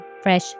fresh